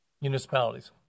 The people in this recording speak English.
municipalities